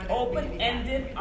open-ended